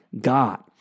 God